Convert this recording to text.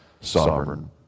sovereign